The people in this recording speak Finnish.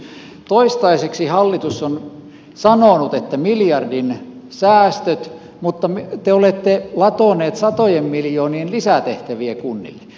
toistaiseksi hallitus on sanonut että miljardin säästöt mutta te olette latoneet satojen miljoonien lisätehtäviä kunnille